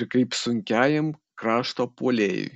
ir kaip sunkiajam krašto puolėjui